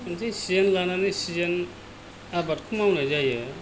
मोनसे सिजेन लानानै सिजेन आबादखौ मावनाय जायो